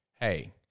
hey